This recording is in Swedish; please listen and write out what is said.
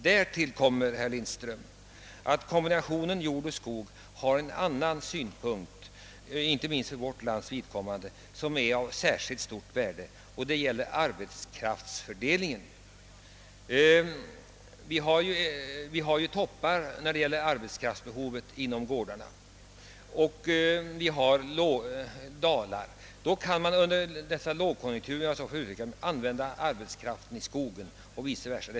Därtill kommer, herr Lindström, att kombinationen jord-skog har en annan fördel, som inte minst för vårt lands vidkommande är av särskilt stor betydelse. Jag tänker på arbetskraftsfördelningen. I jordbruksgårdarnas arbetskraftsbehov förekommer det arbetstoppar och lugnare arbetstider. Under den lugna tiden, om jag så får uttrycka mig, kan man använda arbetskraften i skogen.